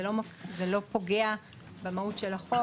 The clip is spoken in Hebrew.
זה לא פוגע במהות של החוק.